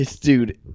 Dude